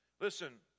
Listen